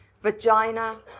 vagina